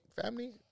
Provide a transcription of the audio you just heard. family